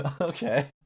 Okay